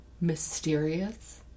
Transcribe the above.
mysterious